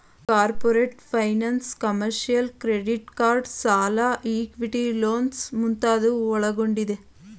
corporate finance, commercial, credit card ಸಾಲ, equity loans ಮುಂತಾದವು ಒಳಗೊಂಡಿದೆ